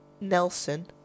Nelson